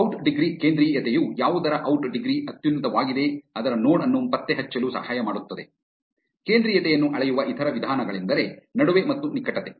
out degree ಕೇಂದ್ರೀಯತೆಯು ಯಾವುದರ out degree ಅತ್ಯುನ್ನತವಾಗಿದೆ ಅದರ ನೋಡ್ ಅನ್ನು ಪತ್ತೆಹಚ್ಚಲು ಸಹಾಯ ಮಾಡುತ್ತದೆ ಕೇಂದ್ರೀಯತೆಯನ್ನು ಅಳೆಯುವ ಇತರ ವಿಧಾನಗಳೆಂದರೆ ನಡುವೆ ಮತ್ತು ನಿಕಟತೆ